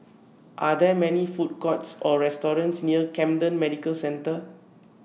Are There Many Food Courts Or restaurants near Camden Medical Centre